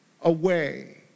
away